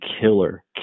killer